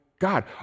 God